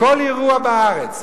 בכל אירוע בארץ,